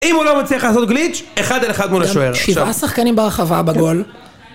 אם הוא לא מצליח לעשות גליץ', אחד על אחד מול השוער. שבעה שחקנים ברחבה בגול